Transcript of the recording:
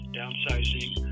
downsizing